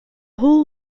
hall